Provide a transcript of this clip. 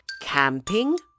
Camping